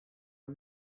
are